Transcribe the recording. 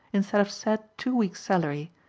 instead of said two weeks' salary,